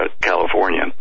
California